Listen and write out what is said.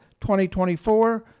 2024